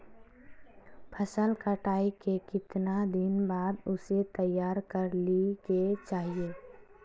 फसल कटाई के कीतना दिन बाद उसे तैयार कर ली के चाहिए?